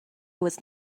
was